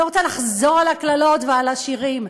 אני לא רוצה לחזור על הקללות ועל השירים.